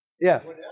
Yes